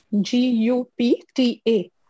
G-U-P-T-A